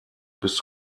bis